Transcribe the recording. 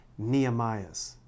Nehemiahs